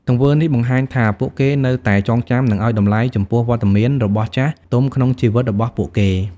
ទង្វើនេះបង្ហាញថាពួកគេនៅតែចងចាំ និងឲ្យតម្លៃចំពោះវត្តមានរបស់ចាស់ទុំក្នុងជីវិតរបស់ពួកគេ។